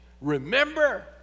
Remember